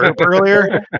earlier